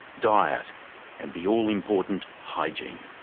diet and the all-important hygiene.